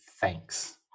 thanks